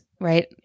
right